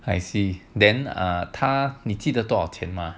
I see then err 他你记得多少钱吗